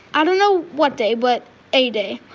i don't know what day but a day.